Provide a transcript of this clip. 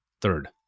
third